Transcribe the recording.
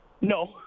No